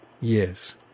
Yes